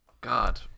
God